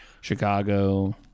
Chicago